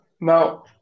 Now